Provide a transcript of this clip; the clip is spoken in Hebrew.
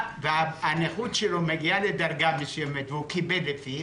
הנכות שלו מגיעה לדרגה מסוימת והוא מקבל לפיה,